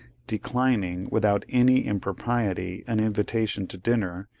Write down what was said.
declining, without any impropriety, an invitation to dinner,